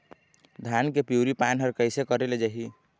धान के पिवरी पान हर कइसे करेले जाही?